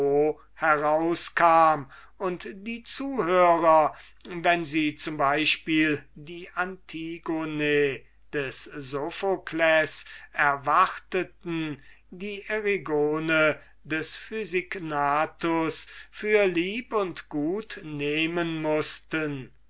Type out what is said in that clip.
herauskam und die zuhörer wenn sie zum exempel die antigone des sophokles erwarteten die erigone des physignathus für lieb und gut nehmen mußten